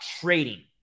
trading